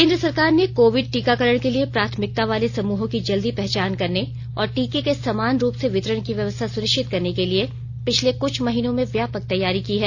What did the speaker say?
केन्द्र सरकार ने कोविड टीकाकरण के लिए प्राथमिकता वाले समूहों की जल्दी पहचान करने और टीके के समान रूप से वितरण की व्यवस्था सुनिश्चित करने के लिए पिछले कुछ महीनों में व्यापक तैयारी की है